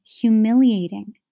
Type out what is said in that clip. humiliating